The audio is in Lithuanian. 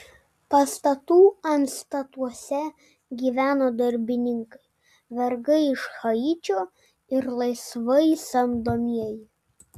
pastatų antstatuose gyveno darbininkai vergai iš haičio ir laisvai samdomieji